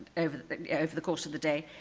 over over the course of the day.